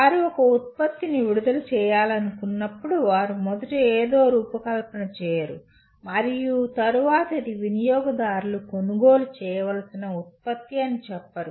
వారు ఒక ఉత్పత్తిని విడుదల చేయాలనుకున్నప్పుడు వారు మొదట ఏదో రూపకల్పన చేయరు మరియు తరువాత ఇది వినియోగదారులు కొనుగోలు చేయవలసిన ఉత్పత్తి అని చెప్పరు